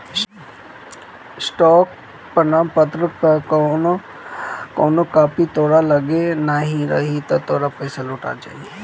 stock प्रमाणपत्र कअ copy तोहरी लगे नाही रही तअ तोहार पईसा लुटा जाई